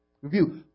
review